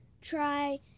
try